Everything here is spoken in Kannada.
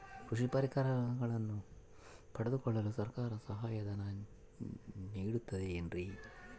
ಕೃಷಿ ಪರಿಕರಗಳನ್ನು ಪಡೆದುಕೊಳ್ಳಲು ಸರ್ಕಾರ ಸಹಾಯಧನ ನೇಡುತ್ತದೆ ಏನ್ರಿ?